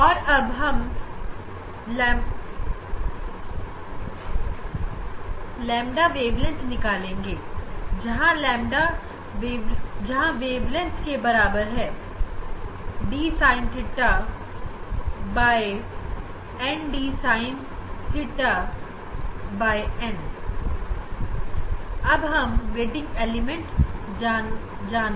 और अब हम लेमदा वेवलेंथ निकालेंगे जहां वेवलेंथ बराबर है D sine theta by N D sine theta by N